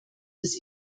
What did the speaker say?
des